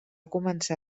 començar